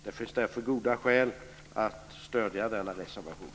Det finns därför goda skäl att stödja denna reservation.